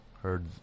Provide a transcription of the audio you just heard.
Heard